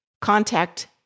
contact